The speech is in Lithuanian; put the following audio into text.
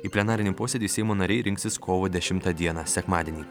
į plenarinį posėdį seimo nariai rinksis kovo dešimtą dieną sekmadienį